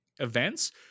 events